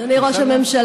אדוני ראש הממשלה,